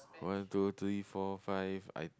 one two three four five I